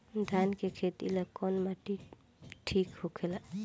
धान के खेती ला कौन माटी ठीक होखेला?